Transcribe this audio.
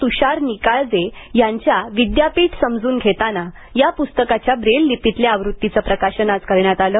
तुषार निकाळजे यांच्या विद्यापीठ समजून घेताना या पुस्तकाच्या ब्रेल लिपीतल्या आवृत्तीचे प्रकाशन आज करण्यात आले